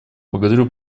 благодарю